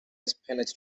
espionage